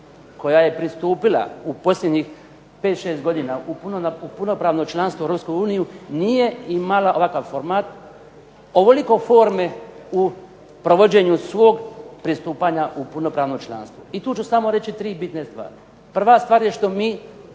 koja je pristupila u posljednjih 5, 6 godina u punopravno članstvo Europske unije nije imala ovakav format, ovoliko forme u provođenju svog pristupanja u punopravno članstvo. I tu ću samo reći tri bitne stvari. Prva stvar je što mi,